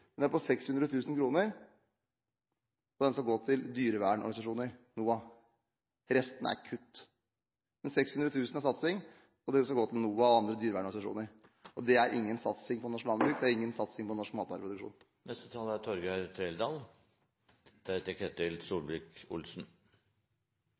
Den er på 600 000 kr, og skal gå til dyrevernorganisasjoner og NOAH. Resten er kutt, men 600 000 kr er satsingen, og det skal gå til NOAH og andre dyrevernorganisasjoner. Det er ingen satsing på norsk landbruk, og det er ingen satsing på norsk matvareproduksjon.